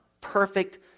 perfect